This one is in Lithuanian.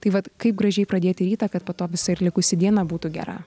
tai vat kaip gražiai pradėti rytą kad po to visa ir likusi diena būtų gera